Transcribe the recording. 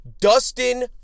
Dustin